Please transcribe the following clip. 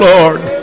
Lord